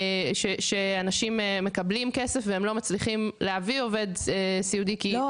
שאנשים מקבלים כסף ולא מצליחים להביא עובד סיעודי --- לא,